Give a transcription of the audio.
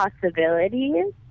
possibilities